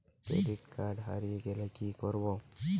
Credit card হারিয়ে গেলে কি করব?